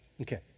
Okay